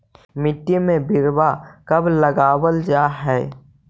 मिट्टी में बिरवा कब लगावल जा हई?